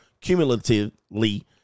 cumulatively